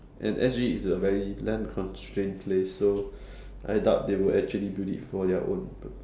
and S_G is a very land-constrained place so I doubt they will actually build it for their own